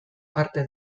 parte